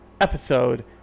episode